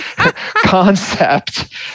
concept